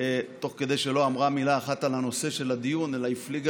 תוך כדי שלא אמרה מילה אחת על הנושא של הדיון אלא הפליגה